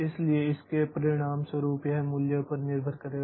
इसलिए इसके परिणामस्वरूप यह मूल्य पर निर्भर करेगा